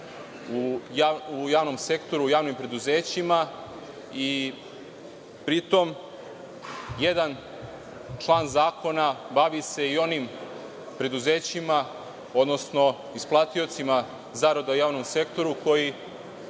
u javnom sektoru, u javnim preduzećima i pri tom jedan član zakona bavi se i onim preduzećima, odnosno isplatiocima zarada u javnom sektoru koji